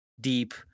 deep